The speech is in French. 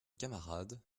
camarade